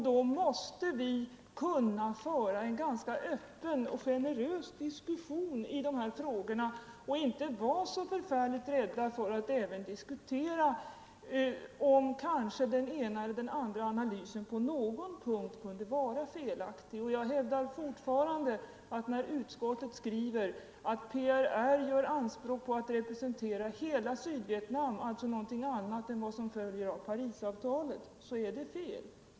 Då måste vi kunna föra en ganska öppen och generös diskussion i dessa frågor och inte vara så förfärligt rädda för att även diskutera om kanske den ena eller andra analysen på någon punkt kunde vara fel. Jag hävdar fortfarande att när utskottet skriver att PRR gör anspråk på att representera hela Sydvietnam — alltså något annat än vad som följer av Parisavtalet — så är det fel.